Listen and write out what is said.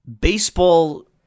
baseball